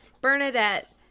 Bernadette